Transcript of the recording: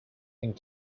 and